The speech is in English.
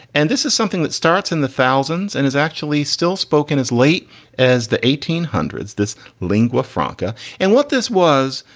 and this is something that starts in the thousands and is actually still spoken as late as the eighteen hundreds. this lingua franca and what this was,